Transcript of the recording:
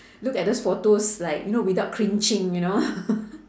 look at those photos like you know without cringing you know